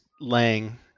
Lang